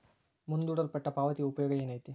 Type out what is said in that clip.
ಮುಂದೂಡಲ್ಪಟ್ಟ ಪಾವತಿಯ ಉಪಯೋಗ ಏನೈತಿ